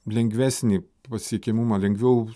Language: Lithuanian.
lengvesnį pasiekiamumą lengviau